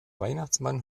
weihnachtsmann